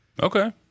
Okay